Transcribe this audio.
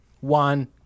one